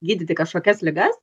gydyti kažkokias ligas